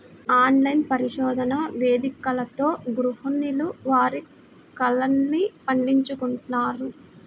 online పరిశోధన వేదికలతో గృహిణులు వారి కలల్ని పండించుకుంటున్నారు